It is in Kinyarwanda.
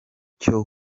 cyo